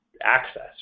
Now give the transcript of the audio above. access